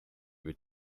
with